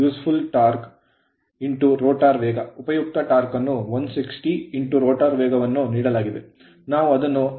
ಉಪಯುಕ್ತ ಟಾರ್ಕ್ ಅನ್ನು 160 ರೋಟರ್ ವೇಗವನ್ನು ನೀಡಲಾಗಿದೆ ನಾವು ಅದನ್ನು 100